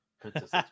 Princess